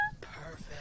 Perfect